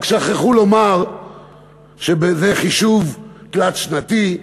רק שכחו לומר שזה חישוב תלת-שנתי,